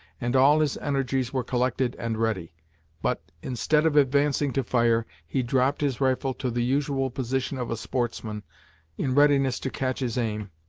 and all his energies were collected and ready but, instead of advancing to fire, he dropped his rifle to the usual position of a sportsman in readiness to catch his aim,